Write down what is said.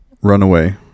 Runaway